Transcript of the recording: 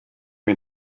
mir